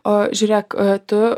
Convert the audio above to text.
o žiūrėk tu